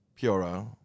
Piora